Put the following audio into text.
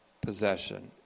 possession